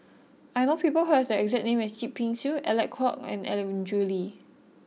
I know people who have the exact name as Yip Pin Xiu Alec Kuok and Andrew Lee